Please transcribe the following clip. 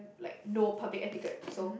like know public etiquette so